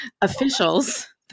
officials